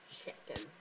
chicken